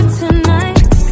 tonight